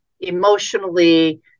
emotionally